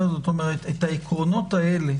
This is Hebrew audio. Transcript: את העקרונות האלה